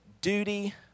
duty